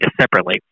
separately